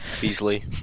Beasley